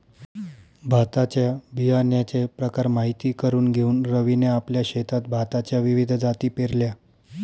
भाताच्या बियाण्याचे प्रकार माहित करून घेऊन रवीने आपल्या शेतात भाताच्या विविध जाती पेरल्या